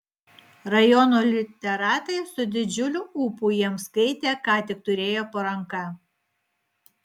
rajono literatai su didžiuliu ūpu jiems skaitė ką tik turėjo po ranka